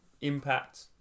impact